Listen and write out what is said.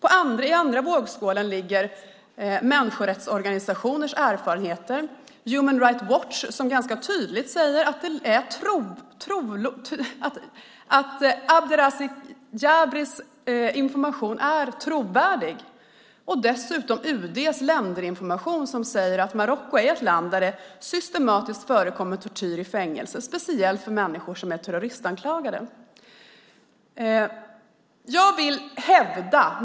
I den andra vågskålen ligger människorättsorganisationers erfarenheter - Human Rights Watch som ganska tydligt säger att Abdrazzak Jabris information är trovärdig och dessutom UD:s länderinformation som säger att Marocko är ett land där det systematiskt förekommer tortyr i fängelser, speciellt när det gäller människor som är terroristanklagade.